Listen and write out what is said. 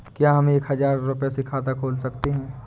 क्या हम एक हजार रुपये से खाता खोल सकते हैं?